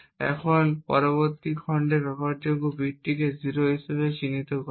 এবং এটি পরবর্তী খণ্ডে ব্যবহারযোগ্য বিটটিকে 0 হিসাবে চিহ্নিত করে